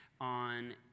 on